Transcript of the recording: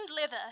leather